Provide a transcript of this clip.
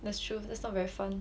that's true that's not very fun